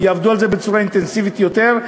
יעבדו על זה בצורה אינטנסיבית יותר,